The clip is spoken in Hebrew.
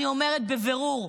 אני אומרת בבירור: